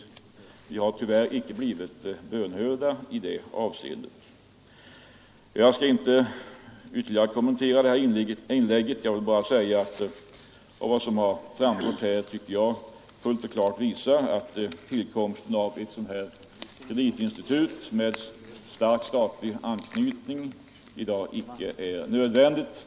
Men vi har tyvärr icke blivit bönhörda i det avseendet Jag vill till sist säga, att vad som här framgått tycker jag fullt och klart visar att tillkomsten av ett kreditinstitut med stark statlig anknytning i dag icke är nödvändig.